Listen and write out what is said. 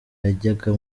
yajyaga